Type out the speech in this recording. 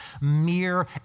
mere